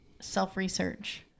self-research